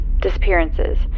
disappearances